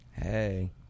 Hey